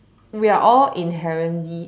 we are all inherently